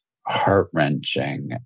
heart-wrenching